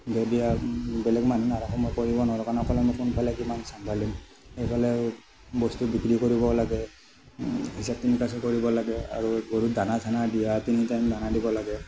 বেলেগ মানুহ নাৰাখিলে কৰিব নোৱাৰোঁ কাৰণ অকলেনো কোনফালে কিমান চম্ভালিম এইফালে বস্তু বিক্ৰী কৰিবও লাগে হিচাপ নিকাচো কৰিব লাগে আৰু গৰুক দানা চানা দিয়া তিনি টাইম দানা দিব লাগে